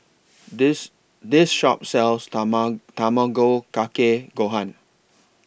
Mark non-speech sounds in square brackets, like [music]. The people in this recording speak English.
This This Shop sells [unintelligible] Tamago Kake Gohan